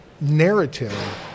narrative